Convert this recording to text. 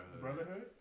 Brotherhood